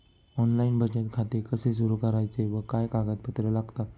Online बचत खाते कसे सुरू करायचे व काय कागदपत्रे लागतात?